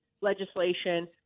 legislation